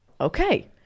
Okay